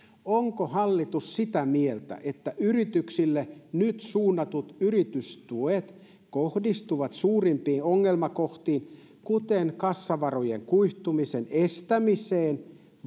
onko hallitus sitä mieltä että yrityksille nyt suunnatut yritystuet kohdistuvat suurimpiin ongelmakohtiin kuten kassavarojen kuihtumisen estämiseen